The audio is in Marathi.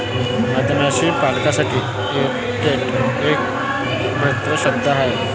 मधमाशी पालकासाठी ऍपेरिट हा एक भन्नाट शब्द आहे